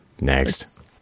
Next